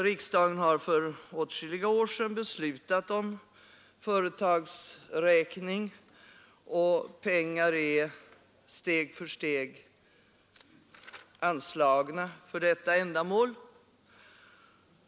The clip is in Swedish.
Riksdagen har för åtskilliga år sedan beslutat om företagsräkning, och pengar är steg för steg anslagna för detta ändamål.